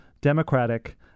democratic